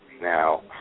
now